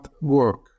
work